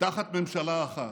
תחת ממשלה אחת.